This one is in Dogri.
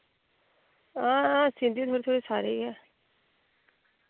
हां सींदी थोह्ड़े थोह्ड़े सारे गै